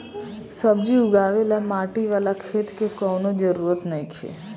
सब्जी उगावे ला माटी वाला खेत के कवनो जरूरत नइखे